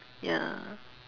ya